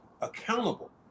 accountable